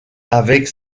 avec